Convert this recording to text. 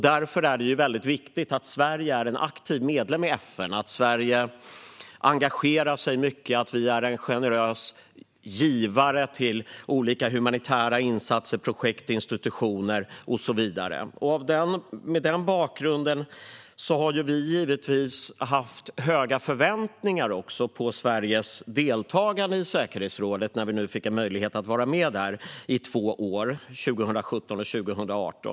Därför är det viktigt att Sverige är en aktiv medlem i FN, att Sverige engagerar sig mycket och att vi är en generös givare till olika humanitära insatser, projekt, institutioner och så vidare. Mot den bakgrunden har vi givetvis också haft höga förväntningar på Sveriges deltagande i säkerhetsrådet, när vi nu fick en möjlighet att vara med där i två år, 2017 och 2018.